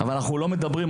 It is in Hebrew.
אבל זה לא הסיפור.